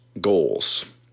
goals